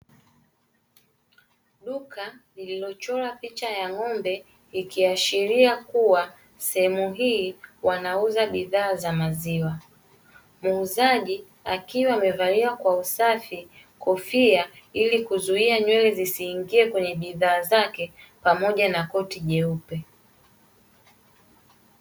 Duka lililochora picha ya ng'ombe ikiashiria kua sehemu hii wanauza bidhaa za maziwa, muuzaji akiwa amevalia kwa usafi kofia ili kuzuia nywele zisiingie kwenye bidhaa zake pamoja na koti jeupe.